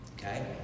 Okay